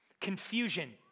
confusion